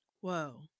Whoa